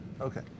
Okay